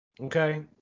Okay